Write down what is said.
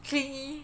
clingy